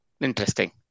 Interesting